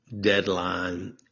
deadline